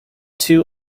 two